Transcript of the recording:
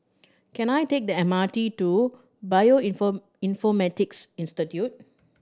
can I take the M R T to Bioinfor informatics Institute